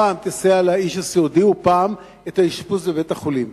פעם תסייע לאיש הסיעודי ופעם תיתן את האשפוז בבית-החולים.